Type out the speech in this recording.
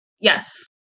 Yes